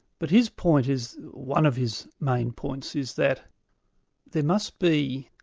but his point is, one of his main points is that there must be,